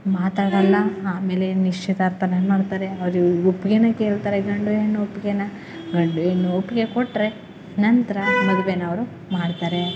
ಮಾತಾಡಲ್ಲ ಆಮೇಲೆ ನಿಶ್ಚಿತಾರ್ಥನ ಮಾಡ್ತಾರೆ ಅವ್ರ್ಗೆ ಇವ್ರ್ಗೆ ಒಪ್ಪಿಗೆನ ಕೇಳ್ತಾರೆ ಗಂಡು ಹೆಣ್ಣು ಒಪ್ಪಿಗೆನಾ ಗಂಡು ಹೆಣ್ಣು ಒಪ್ಪಿಗೆ ಕೊಟ್ಟರೆ ನಂತರ ಮದುವೆನ ಅವರು ಮಾಡ್ತಾರೆ